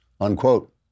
Unquote